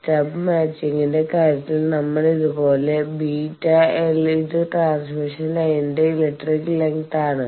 stub മാച്ചിങ്ങിന്റെ കാര്യത്തിൽ നമ്മൾ കണ്ടതുപോലെ βl ഇത് ട്രാൻസ്മിഷൻ ലൈനിന്റെ ഇലക്ട്രിക് ലെങ്ത് ആണ്